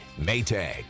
maytag